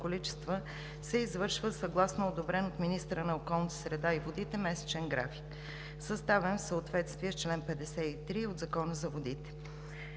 се извършва съгласно одобрен от министъра на околната среда и водите месечен график, съставен в съответствие с чл. 53 от Закона за водите.